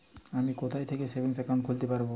আমি কোথায় থেকে সেভিংস একাউন্ট খুলতে পারবো?